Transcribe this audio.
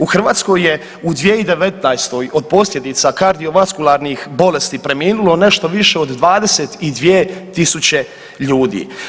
U Hrvatskoj je u 2019. od posljedica kardiovaskularnih bolesti preminulo nešto više od 22.000 ljudi.